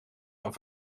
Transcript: van